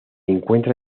encuentra